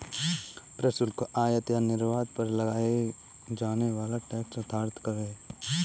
प्रशुल्क, आयात या निर्यात पर लगाया जाने वाला टैक्स अर्थात कर है